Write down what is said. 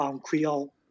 Creole